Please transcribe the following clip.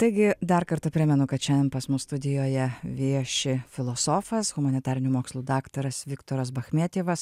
taigi dar kartą primenu kad šiandien pas mus studijoje vieši filosofas humanitarinių mokslų daktaras viktoras bachmetjevas